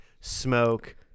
smoke